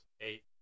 eight